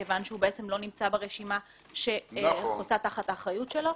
מכיוון שהוא לא נמצא ברשימה שחוסה תחת אחריותו?